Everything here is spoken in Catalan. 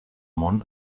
món